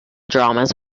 dramas